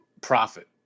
profit